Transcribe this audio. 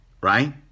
right